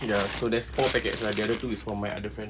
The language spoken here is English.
ya so there's four packets ah the other two is for my other friend